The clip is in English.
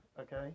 okay